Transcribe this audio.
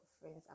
friends